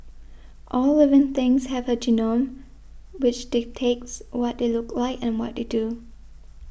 all living things have a genome which dictates what they look like and what they do